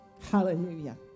Hallelujah